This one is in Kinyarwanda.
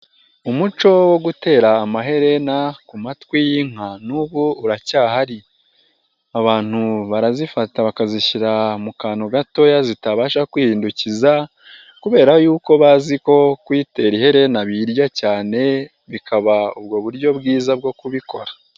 Umuco wo gutera amaherena ku matwi y'inka n'ubu uracyahari. Abantu barazifata bakazishyira mu kantu gatoya zitabasha kwihindukiza kubera yuko bazi ko kuyitera ihena birya cyane, bikaba ubwo buryo bwiza bwo kubikora.